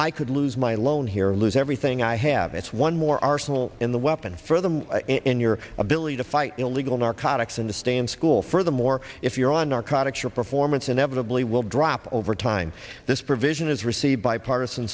i could lose my loan here or lose everything i have it's one more arsenal in the weapon for them in your ability to fight illegal narcotics and to stay in school furthermore if you're on narcotics your performance inevitably will drop over time this provision is received bipartisan